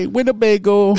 Winnebago